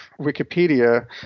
Wikipedia